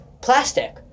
plastic